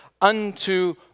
unto